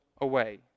away